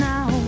Now